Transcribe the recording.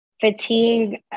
Fatigue